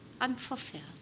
unfulfilled